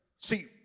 see